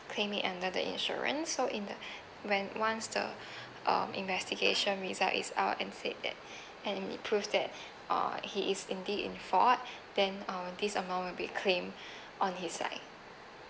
claim it under the insurance so in the when once the um investigation result is out and said that and it proved that uh he is indeed in fault then uh this amount will be claimed on his side